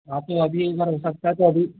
हाँ तो अभी एक बार हो सकता है तो अभी